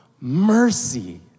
mercy